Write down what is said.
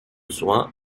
soin